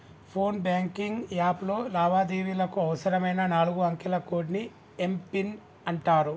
phone banking app లో లావాదేవీలకు అవసరమైన నాలుగు అంకెల కోడ్ని ఏం పిన్ అంటారు